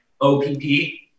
o-p-p